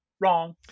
wrong